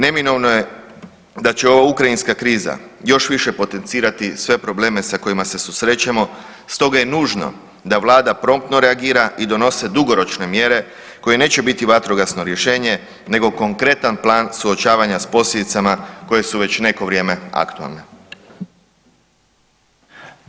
Neminovno je da će ova ukrajinska kriza još više potencirati sve probleme sa kojima se susrećemo, stoga je nužno da Vlada promptno reagira i donose dugoročne mjere koje neće biti vatrogasno rješenje nego konkretan plan suočavanja s posljedicama koje su već neko vrijeme aktualne.